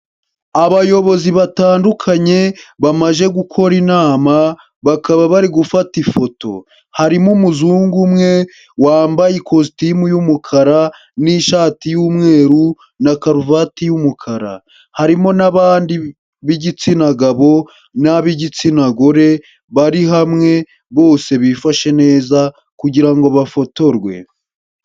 Abayobozi batandukanye bamaje gukora inama bakaba bari gufata ifoto, harimo umuzungu umwe wambaye ikositimu y'umukara n'ishati y'umweru na karuvati y'umukara, harimo n'abandi b'igitsina gabo n'ab'igitsina gore bari hamwe, bose bifashe neza kugira ngo bafotorwe.